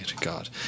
God